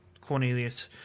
Cornelius